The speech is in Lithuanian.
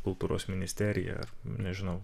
kultūros ministerija nežinau